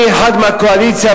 אני מהקואליציה,